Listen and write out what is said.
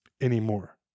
anymore